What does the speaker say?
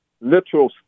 literal